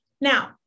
Now